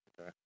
Okay